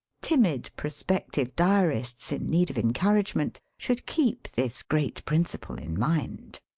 timid prospective diarists in need of encauragement should keep this great principle in mind.